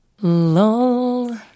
lol